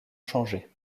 changé